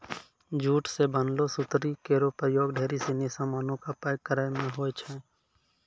jute सें बनलो सुतरी केरो प्रयोग ढेरी सिनी सामानो क पैक करय म होय छै